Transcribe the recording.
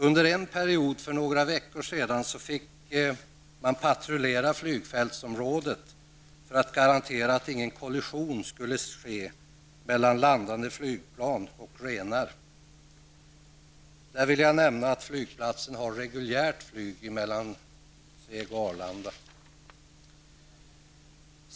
Under en period för några veckor sedan fick man patrullera flygfältsområdet för att garantera att ingen kollision skulle ske mellan landande flygplan och renar. Nämnas kan att flygplatsen har reguljärt flyg mellan Sveg och Arlanda.